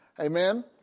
Amen